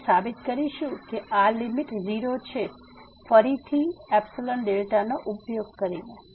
તેથી અમે સાબિત કરીશું કે આ લીમીટ 0 છે ફરીથી ϵδ નો ઉપયોગ કરીને